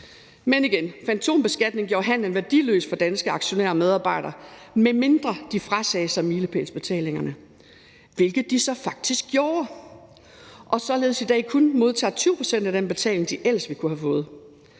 Men igen gjorde fantombeskatningen handelen værdiløs for danske aktionærer og medarbejdere, medmindre de frasagde sig milepælsbetalingerne, hvilket de så faktisk gjorde! Således modtager de så i dag kun 20 pct. af den betaling, de ellers ville kunne have fået.